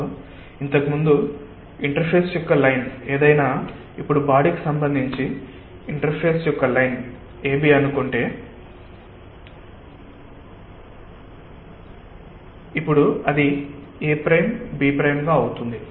కాబట్టి ఇంతకు ముందు ఇంటర్ఫేస్ యొక్క లైన్ ఏదైనా ఇప్పుడు బాడి కి సంబంధించి ఇంటర్ఫేస్ యొక్క లైన్ AB అని అనుకుంటే ఇప్పుడు అది A'B' గా అవుతుంది